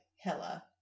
hella